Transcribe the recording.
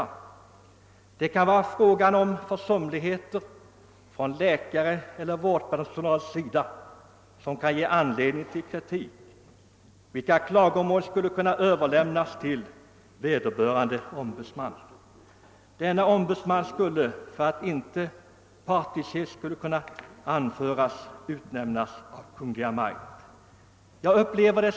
Det kan gälla exempelvis försummelser av läkare eller vårdpersonal. Sådana klagomål skulle denne ombudsman då kunna ta hand om och föra vidare. För att inte kunna beskylla en sådan ombudsman för partiskhet bör han utnämnas av Kungl. Maj:t.